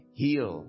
heal